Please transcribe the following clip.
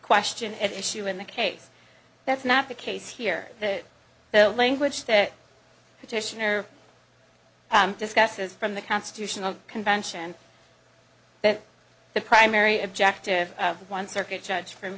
question at issue in the case that's not the case here that the language that petitioner discusses from the constitutional convention that the primary objective of one circuit judge from